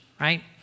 right